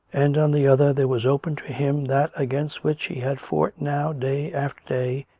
and on the other there was open to him that against which he had fought now day after day,